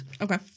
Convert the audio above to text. Okay